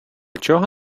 чого